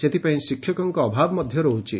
ସେଥିପାଇଁ ଶିକଙ୍କ ଅଭାବ ରହିଛି